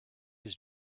his